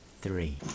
Three